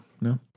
no